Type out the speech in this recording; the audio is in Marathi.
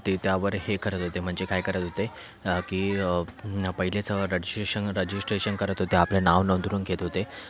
ते त्यावर हे करत होते म्हणजे काय करत होते की पहिलेच रजिस्ट्रेशन रजिस्ट्रेशन करत होते आपले नाव नोंदवून घेत होते